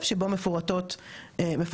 ומפורט מי המעסיק שלך כרגע,